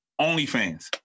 OnlyFans